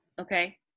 Okay